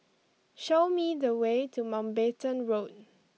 show me the way to Mountbatten Road